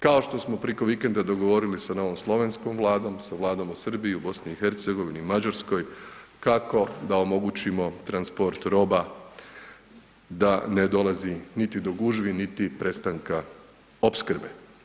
Kao što smo preko vikenda dogovorili sa novom slovenskom Vladom, sa Vladom u Srbiji, u BiH i Mađarskoj kako da omogućimo transport roba da ne dolazi niti do gužvi, niti prestanka opskrbe.